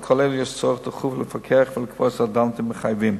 על כל אלה יש צורך דחוף לפקח ולקבוע סטנדרטים מחייבים,